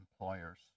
employers